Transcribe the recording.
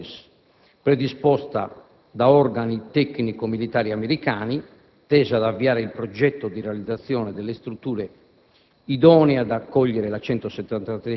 ad una *presolicitation notice*, predisposta da organi tecnico-militari americani, tesa ad avviare il progetto di realizzazione delle strutture